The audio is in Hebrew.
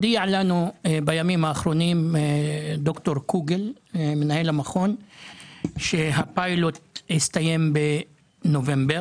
בימים האחרונים הודיע לנו מנהל המכון ד"ר קוגל שהפיילוט הסתיים בנובמבר.